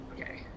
Okay